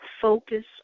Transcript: focus